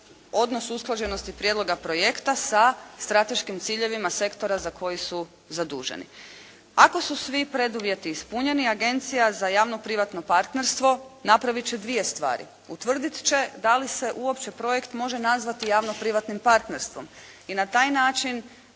odnos usklađenosti prijedlog projekta sa strateškim ciljevima sektora za koji su zaduženi. Ako su svi preduvjeti ispunjeni, Agencija za javno-privatno partnerstvo napravit će dvije stvari. Utvrdit će da li se uopće projekt može nazvati javno-privatnim partnerstvom i na taj način